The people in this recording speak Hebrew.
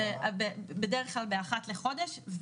בדרך כלל באחת לחודש,